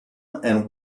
and